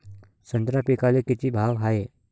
संत्रा पिकाले किती भाव हाये?